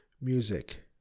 music